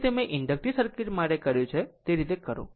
જે રીતે મેં ઇન્ડકટીવ સર્કિટ માટે કર્યું છે તે કરો